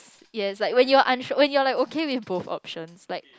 yes it's like when you're unsure when you're okay with both options like